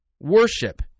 worship